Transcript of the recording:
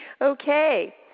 Okay